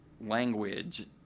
language